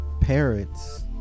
parents